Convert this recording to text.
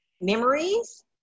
memories